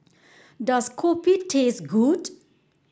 does Kopi taste good